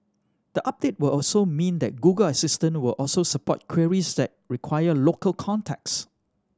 the update will also mean that Google Assistant will also support queries that require local context